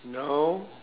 now